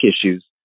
issues